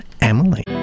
Emily